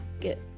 get